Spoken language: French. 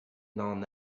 n’en